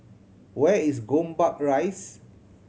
where is Gombak Rise